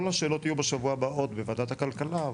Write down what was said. כל השאלות יהיו בשבוע הבא בוועדת הכלכלה,